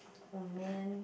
oh man